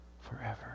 forever